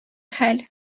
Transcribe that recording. хәл